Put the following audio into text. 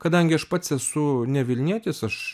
kadangi aš pats esu ne vilnietis aš